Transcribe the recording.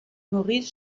maurice